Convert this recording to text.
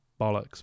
bollocks